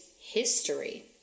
history